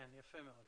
כן, יפה מאוד.